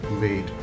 wait